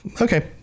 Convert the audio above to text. okay